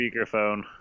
speakerphone